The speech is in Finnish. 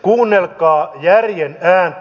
kuunnelkaa järjen ääntä